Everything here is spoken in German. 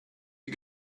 die